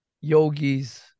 yogis